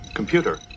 Computer